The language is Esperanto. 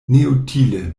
neutile